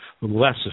less